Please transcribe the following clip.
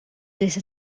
lista